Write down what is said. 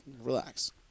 relax